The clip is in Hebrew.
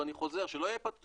ואני חוזר, שלא יבינו